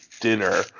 dinner